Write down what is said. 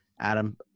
Adam